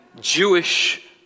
Jewish